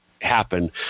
Happen